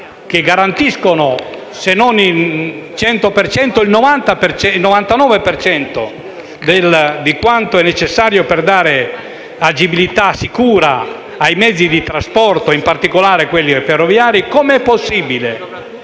che garantiscono, se non il 100 per cento, il 99 per cento di quanto è necessario per dare agibilità sicura ai mezzi di trasporto, in particolare quelli ferroviari, come è possibile